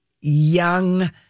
young